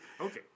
Okay